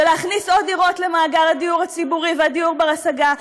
ולהכניס עוד דירות למעגל הדיור הציבורי ולדיור בר-השגה.